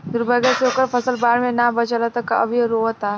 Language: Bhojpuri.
दुर्भाग्य से ओकर फसल बाढ़ में ना बाचल ह त उ अभी रोओता